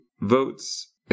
votes